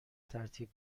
ترتیب